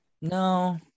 no